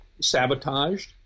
sabotaged